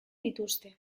dituzte